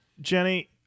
Jenny